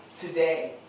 today